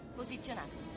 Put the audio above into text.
posizionato